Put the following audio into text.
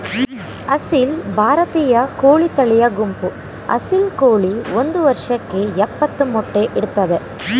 ಅಸೀಲ್ ಭಾರತೀಯ ಕೋಳಿ ತಳಿಯ ಗುಂಪು ಅಸೀಲ್ ಕೋಳಿ ಒಂದ್ ವರ್ಷಕ್ಕೆ ಯಪ್ಪತ್ತು ಮೊಟ್ಟೆ ಇಡ್ತದೆ